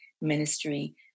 ministry